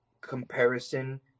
comparison